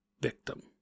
victim